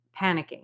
panicking